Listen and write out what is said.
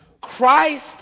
Christ